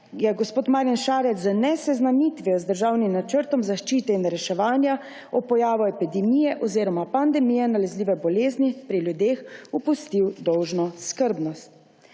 je gospod Marjan Šarec z neseznanitvijo z državnim načrtom zaščite in reševanja ob pojavu epidemije oziroma pandemije nalezljive bolezni pri ljudeh opustil dolžno skrbnost.